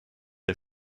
der